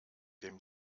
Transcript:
dem